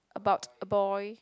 about a boy